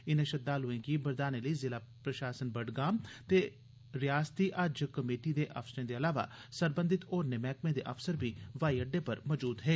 इनें श्रद्धालुएं गी बरदाने लेई जिला प्रशासन बडगाम ते हज कमेटी दे अफसरें दे इलावा सरबंधित होरनें मैहकमें दे अफसर बी व्हाई अड्डे पर मजूद हे